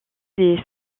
des